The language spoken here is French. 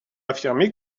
affirmé